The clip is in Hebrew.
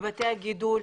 בבתי הגידול,